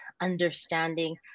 understanding